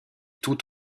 tout